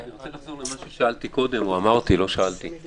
אני רוצה לחזור למה שאמרתי קודם לגבי עניין